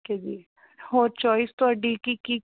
ਜੀ ਹੋਰ ਚੋਇਸ ਤੁਹਾਡੀ ਕੀ ਕੀ